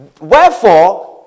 Wherefore